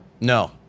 No